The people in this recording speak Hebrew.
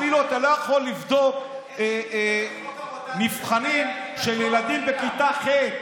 אפילו אתה לא יכול לבדוק מבחנים של ילדים בכיתה ח'